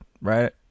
right